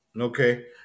Okay